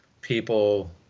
people